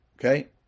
okay